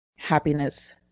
Happiness